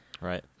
Right